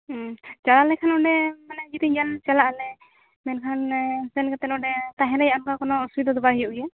ᱪᱟᱞᱟᱣ ᱞᱮᱠᱷᱟᱱ ᱚᱸᱰᱮ ᱢᱟᱱᱮ ᱡᱩᱫᱤ ᱧᱮᱞ ᱪᱟᱞᱟᱜᱼᱟ ᱢᱟᱱᱮ ᱢᱮᱱᱠᱷᱟᱱ ᱥᱮᱱ ᱠᱟᱛᱮ ᱱᱚᱰᱮ ᱛᱟᱦᱮᱸ ᱨᱮᱭᱟᱜ ᱚᱱᱠᱟ ᱠᱚᱱᱚ ᱚᱥᱩᱵᱤᱫᱷᱟ ᱫᱚ ᱵᱟᱭ ᱦᱩᱭᱩ ᱜᱮᱭᱟ